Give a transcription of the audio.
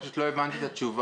פשוט לא הבנתי את התשובה.